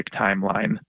timeline